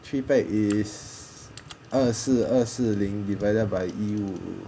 feedback is 二四二四零 divided by 一五五